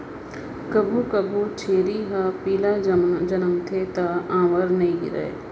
कभू कभू छेरी ह पिला जनमथे त आंवर नइ गिरय